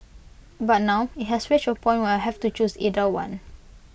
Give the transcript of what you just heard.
but now IT has reached A point where I have to choose either one